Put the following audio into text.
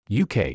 UK